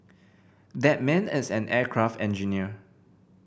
that man is an aircraft engineer